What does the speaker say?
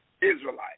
Israelite